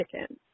chicken